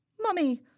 Mummy